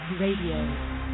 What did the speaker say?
Radio